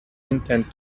intend